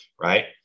right